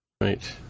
Right